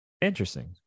Interesting